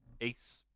Ace